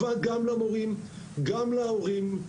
טובה גם למורים וגם להורים,